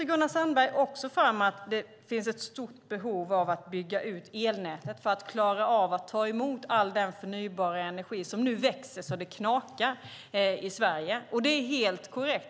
Gunnar Sandberg lyfte också fram att det finns ett stort behov av att bygga ut elnätet för att klara av att ta emot all den förnybara energi som nu växer så att det knakar i Sverige. Det är helt korrekt.